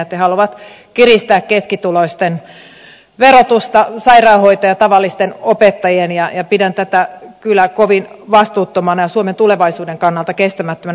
he ha luavat kiristää keskituloisten verotusta sairaanhoitajan tavallisten opettajien ja pidän tätä kyllä kovin vastuuttomana ja suomen tulevaisuuden kannalta kestämättömänä vaihtoehtona